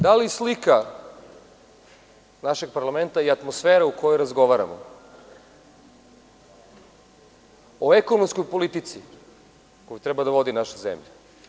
Da li slika našeg parlamenta i atmosfera u kojoj razgovaramo, o ekonomskoj politici koju treba da vodi naša zemlja.